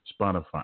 Spotify